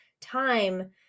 time